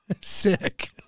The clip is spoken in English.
Sick